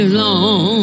long